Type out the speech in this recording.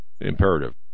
imperative